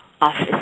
office